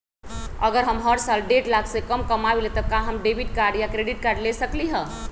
अगर हम हर साल डेढ़ लाख से कम कमावईले त का हम डेबिट कार्ड या क्रेडिट कार्ड ले सकली ह?